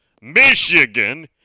Michigan